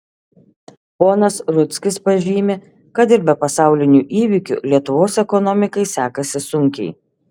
ponas rudzkis pažymi kad ir be pasaulinių įvykių lietuvos ekonomikai sekasi sunkiai